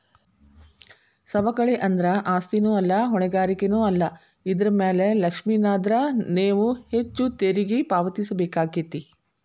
ಸವಕಳಿ ಅಂದ್ರ ಆಸ್ತಿನೂ ಅಲ್ಲಾ ಹೊಣೆಗಾರಿಕೆನೂ ಅಲ್ಲಾ ಇದರ್ ಮ್ಯಾಲೆ ಲಕ್ಷಿಲ್ಲಾನ್ದ್ರ ನೇವು ಹೆಚ್ಚು ತೆರಿಗಿ ಪಾವತಿಸಬೇಕಾಕ್ಕೇತಿ